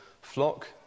flock